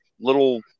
little